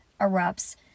erupts